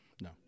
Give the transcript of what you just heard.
no